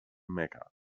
mecca